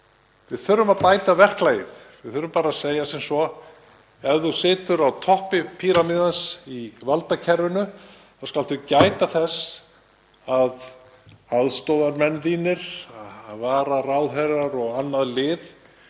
Við þurfum að bæta verklagið. Við þurfum bara að segja sem svo: Ef þú situr á toppi píramídans í valdakerfinu þá skaltu gæta þess að aðstoðarmenn þínir, vararáðherrar og annað lið